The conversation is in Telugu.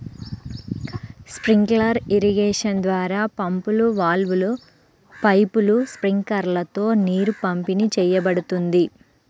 స్ప్రింక్లర్ ఇరిగేషన్ ద్వారా పంపులు, వాల్వ్లు, పైపులు, స్ప్రింక్లర్లతో నీరు పంపిణీ చేయబడుతుంది